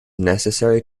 necessary